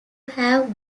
have